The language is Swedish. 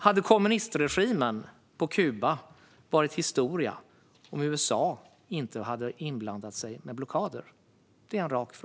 Hade kommunistregimen på Kuba varit historia om USA inte hade blandat sig i med hjälp av blockader?